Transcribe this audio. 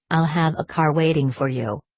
i'll have a car waiting for you.